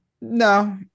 No